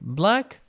black